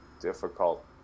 difficult